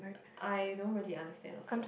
I don't really understand also